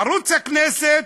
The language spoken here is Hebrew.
ערוץ הכנסת,